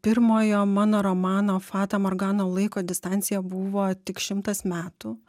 pirmojo mano romano fata morgana laiko distancija buvo tik šimtas metų